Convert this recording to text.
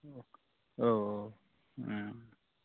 औ औ